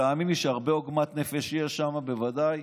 תאמין לי שהרבה עוגמת נפש יש שם בוודאי,